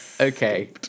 okay